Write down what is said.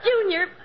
Junior